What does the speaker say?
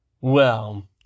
Well